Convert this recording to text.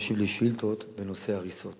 ויבוא על במת הכנסת וישיב על שאילתא דחופה של חבר הכנסת